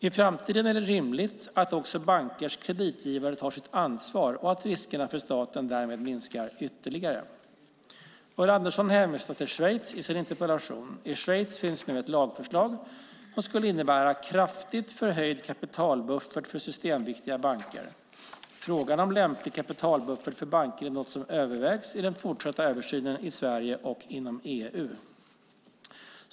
I framtiden är det rimligt att också bankers kreditgivare tar sitt ansvar, och att riskerna för staten därmed minskar ytterligare. Ulla Andersson hänvisar till Schweiz i sin interpellation. I Schweiz finns nu ett lagförslag som skulle innebära en kraftigt förhöjd kapitalbuffert för systemviktiga banker. Frågan om lämplig kapitalbuffert för banker är något som övervägs i den fortsatta översynen i Sverige och inom EU.